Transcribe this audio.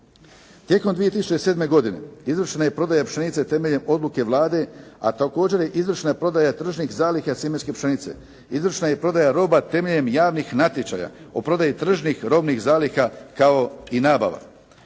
Tijekom 2007. godine izvršena je prodaja pšenice temeljem odluke Vlade a također je izvršena prodaja tržišnih zaliha sjemenske pšenice. Izvršena je i prodaja roba temeljem javnih natječaja o prodaji tržišnih robnih zaliha kao i nabava.